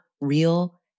real